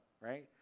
right